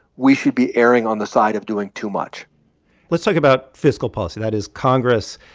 we should be erring on the side of doing too much let's talk about fiscal policy. that is congress